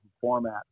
format